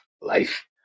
life